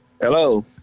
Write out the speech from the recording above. Hello